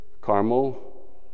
Carmel